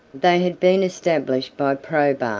they had been established by probus,